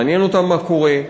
מעניין אותם מה קורה.